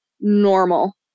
normal